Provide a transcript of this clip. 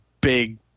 big